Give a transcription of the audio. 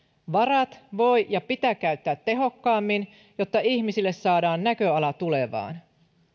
varat voi ja pitää käyttää tehokkaammin jotta ihmisille saadaan näköala tulevaan